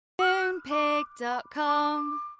Moonpig.com